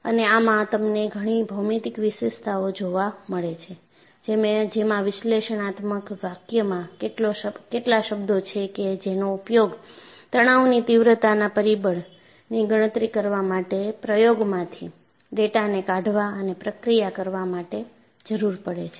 અને આમાં તમને ઘણી ભૌમિતિક વિશેષતાઓ જોવા મળે છેજેમાં વિશ્લેષણાત્મક વાક્યમાં કેટલા શબ્દો છે કે જેનો ઉપયોગ તણાવની તીવ્રતાના પરિબળની ગણતરી કરવા માટે પ્રયોગમાંથી ડેટાને કાઢવા અને પ્રક્રિયા કરવા માટે જરૂર પડે છે